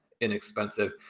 inexpensive